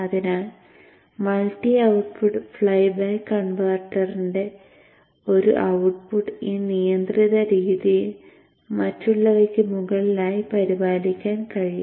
അതിനാൽ multi output flyback കൺവെർട്ടറിന്റെ ഒരു ഔട്ട്പുട്ട് ഈ നിയന്ത്രിത രീതിയിൽ മറ്റുള്ളവയ്ക്ക് മുകളിലായി പരിപാലിക്കാൻ കഴിയും